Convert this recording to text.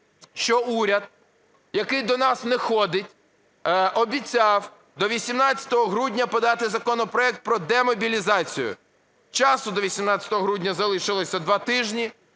що уряд, який до нас не ходить, обіцяв до 18 грудня подати законопроект про демобілізацію. Часу до 18 грудня залишилося два тижні,